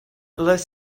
les